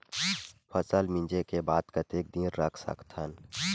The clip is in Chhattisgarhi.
फसल मिंजे के बाद कतेक दिन रख सकथन?